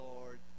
Lord